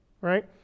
right